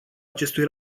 acestui